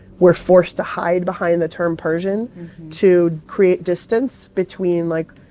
we're forced to hide behind the term persian to create distance between, like,